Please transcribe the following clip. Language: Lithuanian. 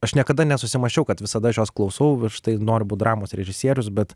aš niekada nesusimąsčiau kad visada aš jos klausau ir štai noriu būt dramos režisierius bet